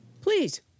Please